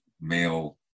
male